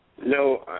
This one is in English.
No